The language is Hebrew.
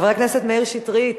חבר הכנסת מאיר שטרית,